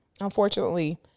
unfortunately